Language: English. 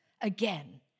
again